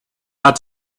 out